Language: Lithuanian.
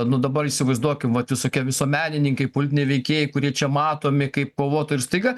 nu dabar įsivaizduokim vat visokie visuomenininkai politiniai veikėjai kurie čia matomi kaip kovotojai ir staiga